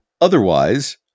otherwise